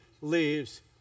leaves